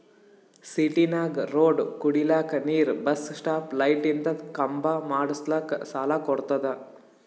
ಸಿಟಿನಾಗ್ ರೋಡ್ ಕುಡಿಲಕ್ ನೀರ್ ಬಸ್ ಸ್ಟಾಪ್ ಲೈಟಿಂದ ಖಂಬಾ ಮಾಡುಸ್ಲಕ್ ಸಾಲ ಕೊಡ್ತುದ